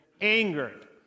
angered